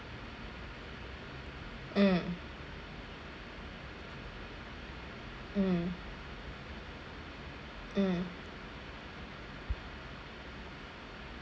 mm mm mm